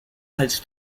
als